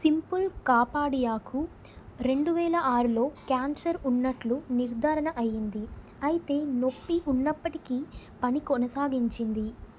simple కపాడియాకు రెండువేల ఆరులో క్యాన్సర్ ఉన్నట్లు నిర్ధారణ అయింది అయితే నొప్పి ఉన్నప్పటికీ పని కొనసాగించింది